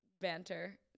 banter